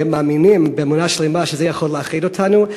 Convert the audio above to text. והם מאמינים באמונה שלמה שזה יכול לאחד אותנו.